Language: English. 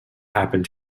happened